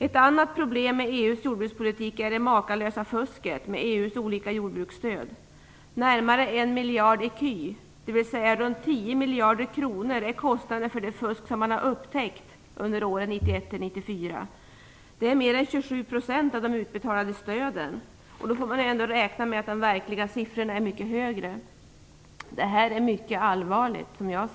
Ett annat problem med EU:s jordbrukspolitik är det makalösa fusket med EU:s olika jordbruksstöd. Närmare 1 miljard ecu, dvs. runt 10 miljarder kronor, är kostnaderna för det fusk som man har upptäckt under åren 1992-1994. Det är mer än 27 % av de utbetalade stöden. Och då får man ändå räkna med att de verkliga siffrorna är mycket högre. Det här är mycket allvarligt.